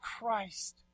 Christ